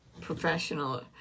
professional